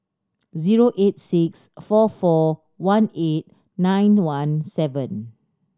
zero eight six four four one eight nine one seven